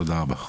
תודה רבה.